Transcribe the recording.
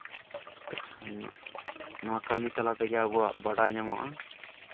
ᱱᱚᱣᱟ ᱠᱟᱹᱢᱤ ᱛᱟᱞᱟ ᱛᱮᱜᱮ ᱟᱵᱚᱣᱟᱜ ᱵᱟᱰᱟᱭ ᱧᱟᱢᱚᱜᱼᱟ